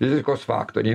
rizikos faktoriai